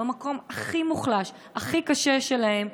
שנמצאות במקום הכי מוחלש והכי קשה שלהן,